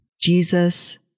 Jesus